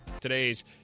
Today's